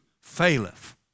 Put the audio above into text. faileth